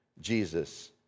Jesus